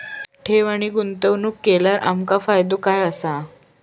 ठेव आणि गुंतवणूक केल्यार आमका फायदो काय आसा?